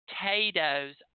potatoes